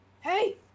Hey